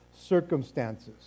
circumstances